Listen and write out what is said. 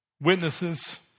witnesses